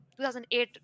2008